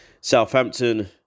Southampton